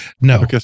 No